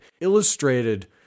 illustrated